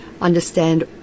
understand